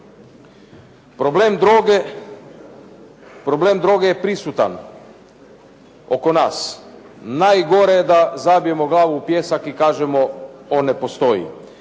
Problem droge je prisutan oko nas. Najgore je da zabijemo glavu u pijesak i kažemo on ne postoji.